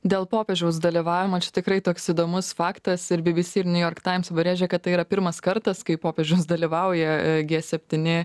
dėl popiežiaus dalyvavimo čia tikrai toks įdomus faktas ir bbc ir niujork taims pabrėžė kad tai yra pirmas kartas kai popiežius dalyvauja gie septyni